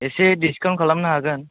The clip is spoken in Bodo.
एसे डिसकाउन्ट खालामनो हागोन